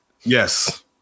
Yes